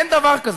אין דבר כזה.